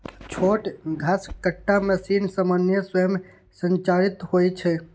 छोट घसकट्टा मशीन सामान्यतः स्वयं संचालित होइ छै